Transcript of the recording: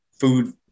food